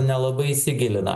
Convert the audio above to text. nelabai įsigilina